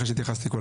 אחרי שהתייחסתי.